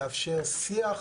יאפשר שיח,